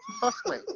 Firstly